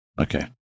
Okay